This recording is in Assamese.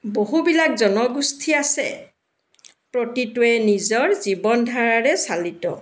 বহুবিলাক জনগোষ্ঠী আছে প্ৰতিটোৱে নিজৰ জীৱন ধাৰাৰে চালিত